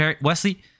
Wesley